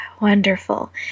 Wonderful